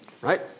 Right